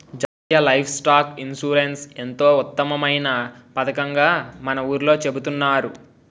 జాతీయ livestock insurance ఎంతో ఉత్తమమైన పదకంగా మన ఊర్లో చెబుతున్నారు